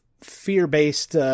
fear-based